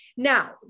Now